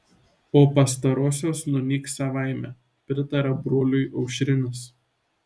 o pastarosios nunyks savaime pritarė broliui aušrinis